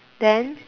then